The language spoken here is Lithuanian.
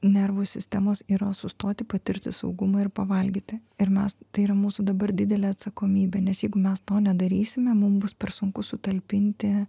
nervų sistemos yra sustoti patirti saugumą ir pavalgyti ir mes tai yra mūsų dabar didelė atsakomybė nes jeigu mes to nedarysime mum bus per sunku sutalpinti